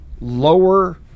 lower